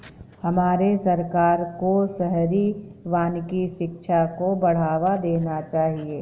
हमारे सरकार को शहरी वानिकी शिक्षा को बढ़ावा देना चाहिए